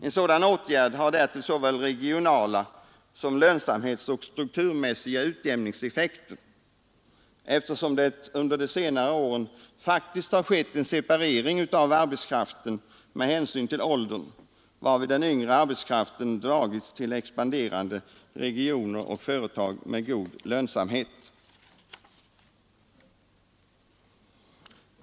En sådan åtgärd har därtill såväl regionala som lönsamhetsoch strukturmässiga utjämningseffekter, eftersom det under de senare åren faktiskt har skett en separering av arbetskraften med hänsyn till åldern, varvid den yngre arbetskraften dragits till expanderande regioner och företag med god lönsamhet.